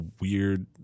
weird